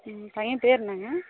ம் பையன் பெயர் என்னங்க